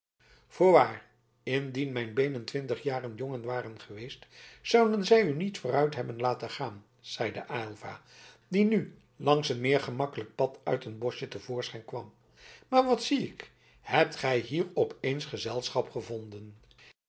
voorwaar indien mijn beenen twintig jaren jonger waren geweest zouden zij u niet vooruit hebben laten gaan zeide aylva die nu langs een meer gemakkelijk pad uit een boschje te voorschijn kwam maar wat zie ik hebt gij hier op eens gezelschap gevonden